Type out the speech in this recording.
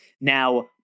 now